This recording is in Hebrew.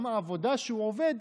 גם העבודה שהוא עובד,